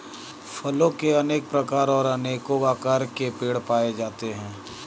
फलों के अनेक प्रकार और अनेको आकार के पेड़ पाए जाते है